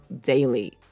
daily